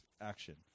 action